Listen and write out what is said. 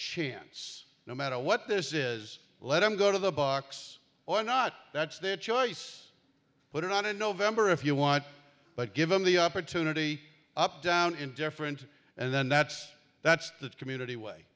chance no matter what this is let them go to the box or not that's their choice put it on in november if you want but given the opportunity up down in different and then that's that's the community way